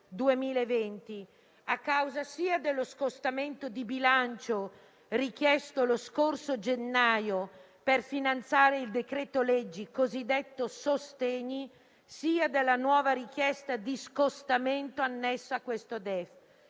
2020 a causa sia dello scostamento di bilancio richiesto lo scorso gennaio per finanziare il decreto-legge cosiddetto sostegni, sia della nuova richiesta di scostamento annesso a questo DEF.